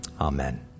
amen